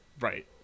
right